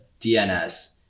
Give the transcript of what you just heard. dns